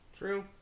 True